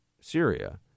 Syria